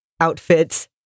outfits